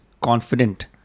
confident